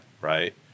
Right